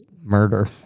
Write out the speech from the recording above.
murder